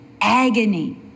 agony